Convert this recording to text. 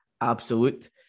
absolute